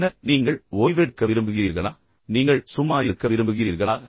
பின்னர் நீங்கள் ஓய்வெடுக்க விரும்புகிறீர்களா நீங்கள் சும்மா இருக்க விரும்புகிறீர்களா